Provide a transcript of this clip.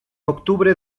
octubre